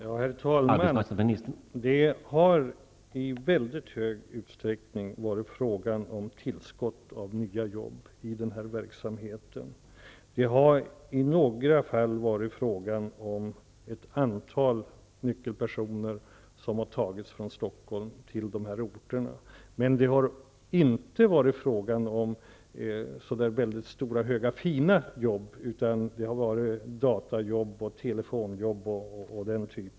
Herr talman! Det har i mycket stor utsträckning varit fråga om tillskott av nya jobb i den här verksamheten. Det har i några fall varit fråga om ett antal nyckelpersoner, som har tagits från Stockholm till de här orterna, men det har inte varit fina jobb, utan bl.a. datajobb och telefonjobb.